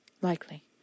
Likely